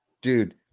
Dude